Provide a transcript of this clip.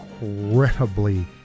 incredibly